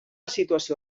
situació